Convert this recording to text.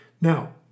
Now